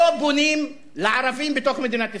לא בונים לערבים בתוך מדינת ישראל.